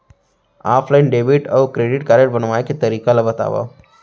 Offline debit अऊ credit card बनवाए के तरीका ल बतावव?